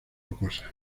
rocosas